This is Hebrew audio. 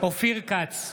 אופיר כץ,